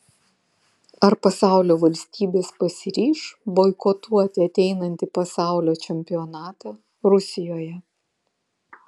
ar pasaulio valstybės pasiryš boikotuoti ateinantį pasaulio čempionatą rusijoje